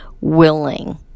willing